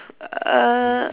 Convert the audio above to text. err